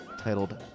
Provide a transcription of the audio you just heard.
titled